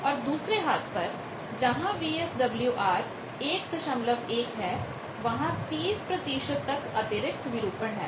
और दूसरे हाथ पर जहां VSWR 11 है वहां 30 अतिरिक्त विरूपण distortion डिस्टॉरशन है